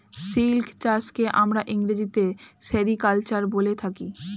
silk চাষকে আমরা ইংরেজিতে সেরিকালচার বলে থাকি